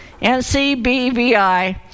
NCBVI